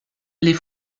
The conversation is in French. les